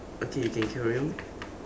okay you can carry on